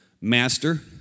Master